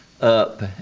up